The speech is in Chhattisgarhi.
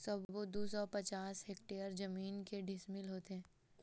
सबो दू सौ पचास हेक्टेयर जमीन के डिसमिल होथे?